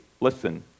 listen